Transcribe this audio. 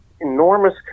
enormous